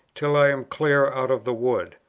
till i am clear out of the wood,